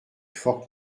fort